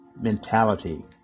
mentality